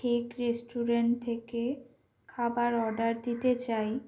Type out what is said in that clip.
ঠেক রেস্টুরেন্ট থেকে খাবার অর্ডার দিতে চাই